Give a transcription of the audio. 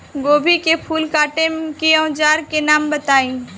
गोभी के फूल काटे के औज़ार के नाम बताई?